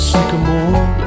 Sycamore